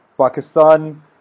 Pakistan